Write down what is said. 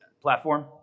platform